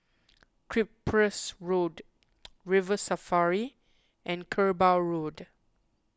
Cyprus Road River Safari and Kerbau Road